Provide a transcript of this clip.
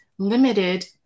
limited